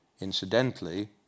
Incidentally